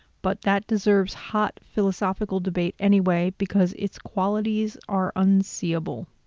but that deserves hot philosophical debate anyway, because its qualities are unseeable.